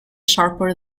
sharper